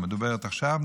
המדוברת עכשיו,